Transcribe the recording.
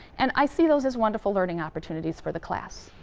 and i see those as wonderful learning opportunities for the class.